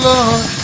Lord